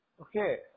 Okay